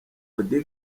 auddy